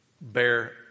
bear